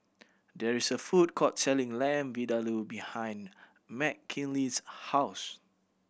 there is a food court selling Lamb Vindaloo behind Mckinley's house